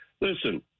Listen